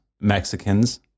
Mexicans